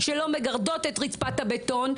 שלא מגרדות את רצפת הבטון,